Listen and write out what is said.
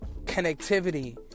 connectivity